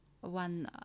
one